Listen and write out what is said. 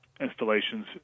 installations